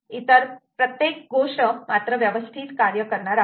इतर प्रत्येक गोष्ट व्यवस्थित कार्य करणार आहे